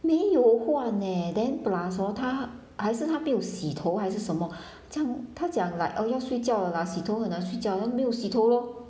没有换 eh then plus hor 她还是她没有洗头还是什么这样她讲 like oh 要睡觉了 lah 洗头很难睡觉 then 没有洗头 lor